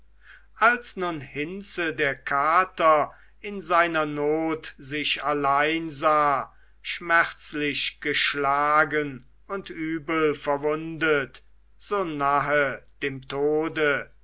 als nun hinze der kater in seiner not sich allein sah schmerzlich geschlagen und übel verwundet so nahe dem tode